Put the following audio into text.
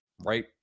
right